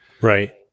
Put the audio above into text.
Right